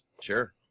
Sure